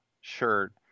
shirt